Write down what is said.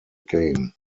game